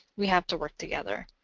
we have to work together.